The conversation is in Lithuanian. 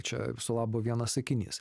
čia viso labo vienas sakinys